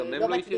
גם הן לא יתיישנו?